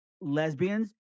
lesbians